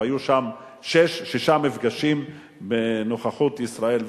היו שם שישה מפגשים בנוכחות ישראל והפלסטינים: